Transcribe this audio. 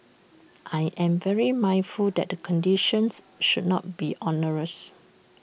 I am very mindful that the conditions should not be onerous